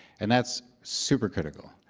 and that's super critical,